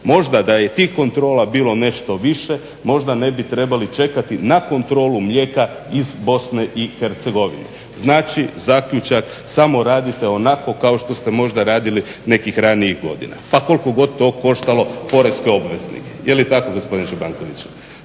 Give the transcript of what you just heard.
Možda da je tih kontrola bilo nešto više možda ne bi trebali čekati na kontrolu mlijeka iz BiH. znači zaključak, samo radite onako kao što ste možda radili nekih ranijih godina pa koliko to god koštalo poreske obveznike. Jeli tako gospodine Čobankoviću?